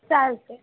चालतं आहे